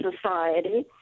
society